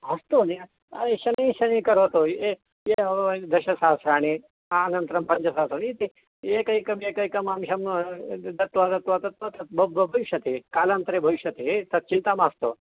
अस्तु शनैः शनैः करोतु दशसहस्राणि अनन्तरं पञ्चसहस्राणि इति एकैकम् एकैकम् अंशं दत्वा दत्वा द तद् भविष्यति कालान्तरे भविष्यति तत् चिन्ता मास्तु